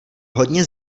hodně